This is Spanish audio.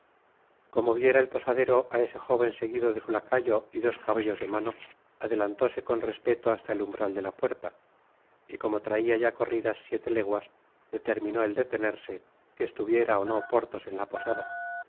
como viera el posadero á ese jóven seguido de su lacayo y dos caballos de mano adelantóse con respeto hasta el umbral de la puerta y como traia ya corridas siete leguas determinó el detenerse que estuviera ó no porthos en la posada